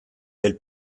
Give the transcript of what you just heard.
del